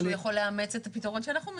או שהוא יכול לאמץ את הפתרון שאנחנו מציעים.